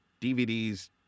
DVDs